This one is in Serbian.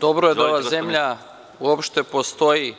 Dobro je da ova zemlja uopšte postoji